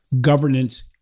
governance